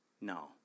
No